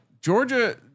Georgia